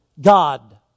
God